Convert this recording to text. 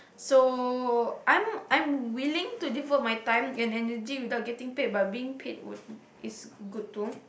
so I'm I'm willing to devote my time and energy without getting paid but being paid would is good to